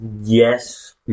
Yes